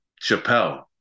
Chappelle